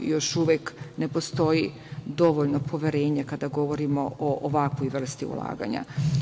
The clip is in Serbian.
Još uvek ne postoji dovoljno poverenja, kada govorimo o ovakvoj vrsti ulaganja.